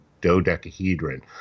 dodecahedron